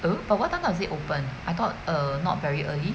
err but what time does it open I thought err not very early